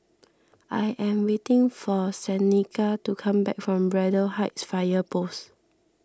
I am waiting for Seneca to come back from Braddell Heights Fire Post